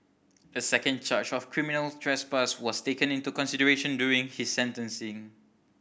a second charge of criminal trespass was taken into consideration during his sentencing